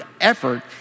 effort